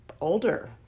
older